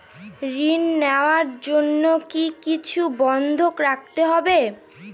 ঋণ নেওয়ার জন্য কি কিছু বন্ধক রাখতে হবে?